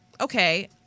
okay